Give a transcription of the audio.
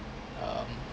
um